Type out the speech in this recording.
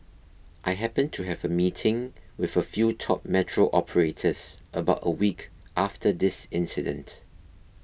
I happened to have a meeting with a few top metro operators about a week after this incident